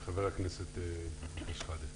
ח"כ שחאדה.